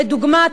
לדוגמה,